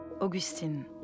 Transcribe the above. Augustine